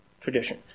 tradition